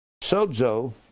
Sozo